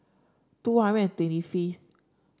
two hundred and twenty fifth